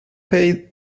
paid